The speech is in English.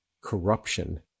corruption